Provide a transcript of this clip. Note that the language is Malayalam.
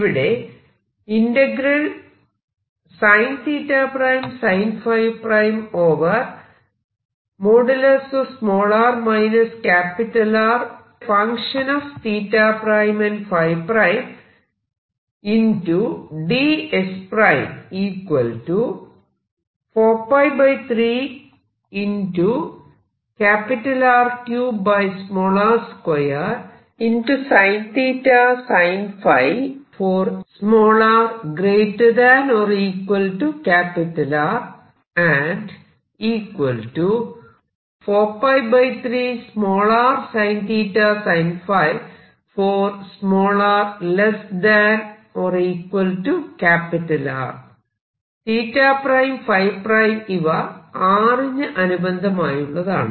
ഇവിടെ ϕഇവ R ന് അനുബന്ധമായുള്ളതാണ്